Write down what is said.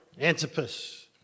Antipas